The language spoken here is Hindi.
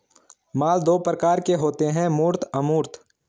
माल दो प्रकार के होते है मूर्त अमूर्त